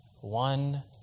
one